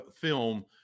film